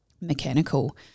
mechanical